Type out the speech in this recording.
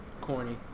Corny